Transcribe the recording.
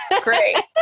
Great